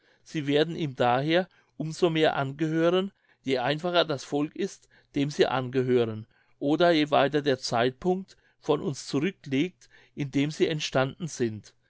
sie werden ihm daher um so mehr angehören je einfacher das volk ist dem sie angehören oder je weiter der zeitpunkt von uns zurückliegt in dem sie entstanden sind